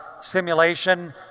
simulation